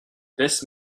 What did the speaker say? this